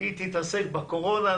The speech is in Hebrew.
היא תתעסק בקורונה.